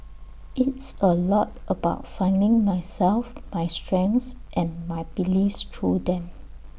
it's A lot about finding myself my strengths and my beliefs through them